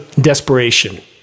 desperation